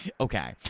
Okay